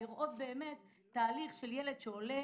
לראות באמת תהליך של ילד שעולה